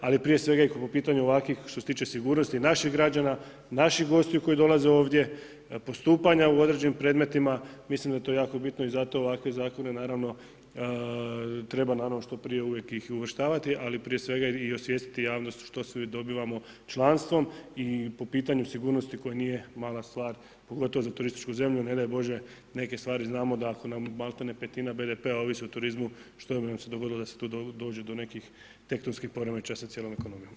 Ali prije svega i po pitanju ovakvih što se tiče sigurnosti naših građana, naših gostiju koji dolaze ovdje, postupanja u određenim predmetima, mislim da je to jako bitno i zato ovakve zakone naravno treba naravno što prije uvijek ih uvrštavati, ali prije svega i osvijestiti javnost što sve dobivamo članstvom i po pitanju sigurnosti koje nije mala stvar, pogotovo za turističku zemlju, ne daj Bože neke stvari znamo da ako nam maltene petina BDP-a ovisi o turizmu, što bi nam se dogodilo da tu dođe do nekih tektonskih poremećaja sa cijelom ekonomijom.